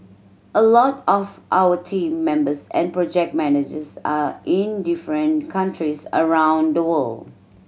a lot of our team members and project managers are in different countries around the world